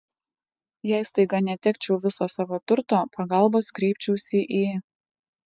jei staiga netekčiau viso savo turto pagalbos kreipčiausi į